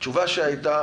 התשובה שקיבלתי,